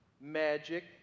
magic